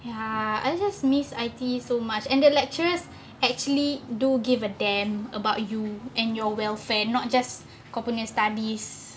ya I just miss I_T_E so much and the lecturers actually do give a damn about you and your welfare not just kau punya studies